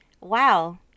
wow